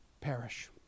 perish